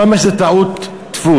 אתה אומר שזה טעות דפוס,